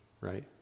right